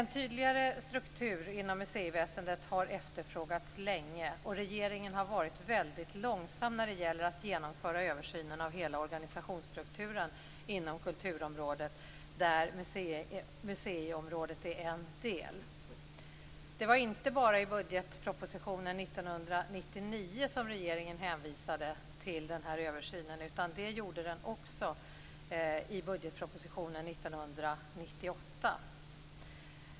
En tydligare struktur inom museiväsendet har efterfrågats länge. Regeringen har varit väldigt långsam när det gäller att genomföra översynen av hela organisationsstrukturen inom kulturområdet, där museiområdet är en del. Det var inte bara i budgetpropositionen 1999 som regeringen hänvisade till den här översynen. Det gjorde den också i budgetpropositionen 1998.